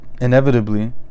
inevitably